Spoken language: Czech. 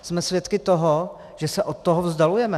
Jsme svědky toho, že se od toho vzdalujeme.